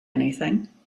anything